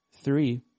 three